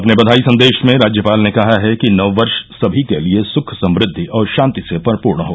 अपने बधाई संदेश में राज्यपाल ने कहा कि नव वर्ष सभी के लिये सुख समृद्धि और शांति से परिपूर्ण हो